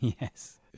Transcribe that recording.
yes